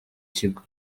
kigo